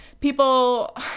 people